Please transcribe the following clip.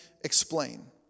explain